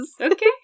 Okay